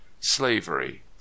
slavery